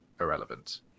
irrelevant